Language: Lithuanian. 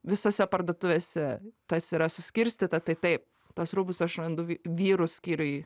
visose parduotuvėse tas yra suskirstyta tai taip tuos rūbus aš randu vi vyrų skyriuj